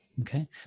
Okay